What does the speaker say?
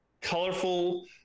colorful